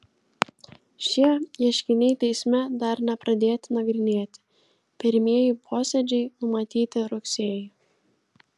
šie ieškiniai teisme dar nepradėti nagrinėti pirmieji posėdžiai numatyti rugsėjį